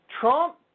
Trump